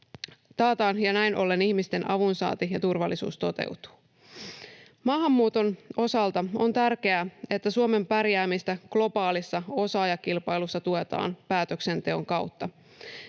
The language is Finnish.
taataan ja näin ollen ihmisten avunsaanti ja turvallisuus toteutuvat. Maahanmuuton osalta on tärkeää, että Suomen pärjäämistä globaalissa osaajakilpailussa tuetaan päätöksenteon kautta.